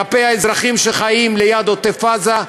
כלפי האזרחים שחיים ליד עוטף-עזה,